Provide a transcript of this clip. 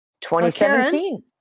2017